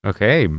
Okay